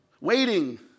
Waiting